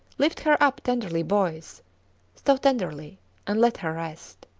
lift her up tenderly, boys so tenderly and let her rest.